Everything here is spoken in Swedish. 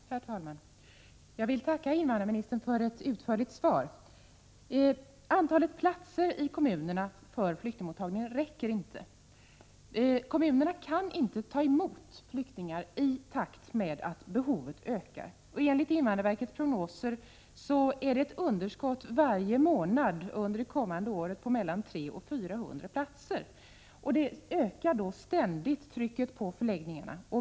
Herr talman! Jag vill tacka invandrarministern för ett utförligt svar. Antalet platser i kommunerna för flyktingmottagningen räcker inte. Kommunerna kan inte ta emot flyktingar i takt med att behovet ökar. Enligt invandrarverkets prognoser blir det ett underskott varje månad under det kommande året på mellan 300 och 400 platser, vilket ständigt ökar trycket på förläggningarna.